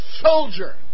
soldier